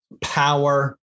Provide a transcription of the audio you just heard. power